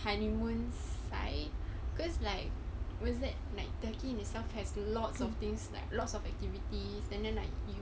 honeymoon site because like what's that like turkey itself has lots of things like lots of activities and then like you